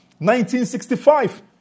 1965